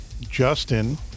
Justin